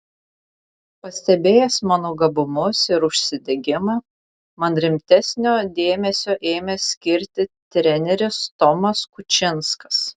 pastebėjęs mano gabumus ir užsidegimą man rimtesnio dėmesio ėmė skirti treneris tomas kučinskas